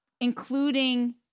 including